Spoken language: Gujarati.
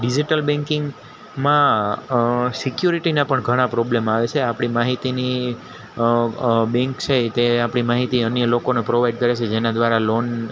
ડિઝિટલ બેન્કિંગમાં સિક્યોરિટીના પણ ઘણા પ્રોબ્લ્મ આવે છે આપણી માહિતીની બેન્ક છે તે આપણી માહિતી અન્ય લોકોને પ્રોવાઈડ કરે છે જેના દ્વારા લોન